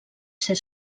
ser